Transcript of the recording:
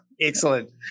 Excellent